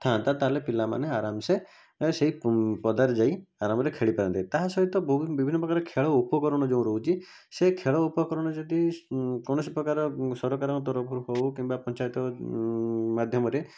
ଥାଆନ୍ତା ତାହେଲେ ପିଲାମାନେ ଆରମସେ ସେଇ ପଦାରେ ଯାଇ ଆରମରେ ଖେଳି ପାରନ୍ତେ ତା'ସହିତ ବହୁତ ବିଭିନ୍ନ ପ୍ରକାର ଖେଳ ଉପକରଣ ଯୋଉ ରହୁଛି ସେଇ ଖେଳ ଉପକରଣ ଯଦି କୌଣସି ପ୍ରକାର ସରକାରଙ୍କ ତରଫରୁ ହେଉ କିମ୍ବା ପଞ୍ଚାୟତ ମାଧ୍ୟମରେ